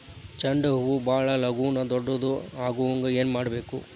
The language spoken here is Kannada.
ಚಂಡ ಹೂ ಭಾಳ ಲಗೂನ ದೊಡ್ಡದು ಆಗುಹಂಗ್ ಏನ್ ಮಾಡ್ಬೇಕು?